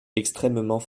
extrêmement